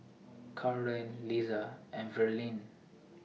Carleen Liza and Verlyn